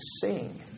sing